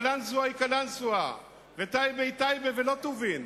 קלנסואה היא קלנסואה, טייבה היא טייבה ולא טובין,